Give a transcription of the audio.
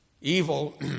Evil